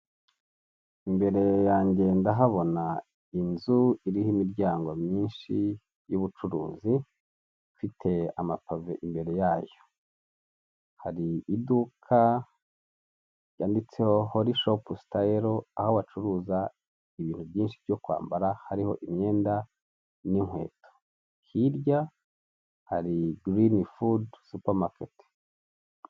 Imbere yanjye ndahabona inzu iriho imiryango myinshi y'ubucuruzi, ifite amapave imbere yayo, hari iduka ryanditseho hori shopu sitayilo, aho bacuruza ibintu byinshi byo kwambara hariho imyenda n'inkweto, hirya hari girini fudu supamaketi.